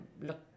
look